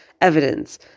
evidence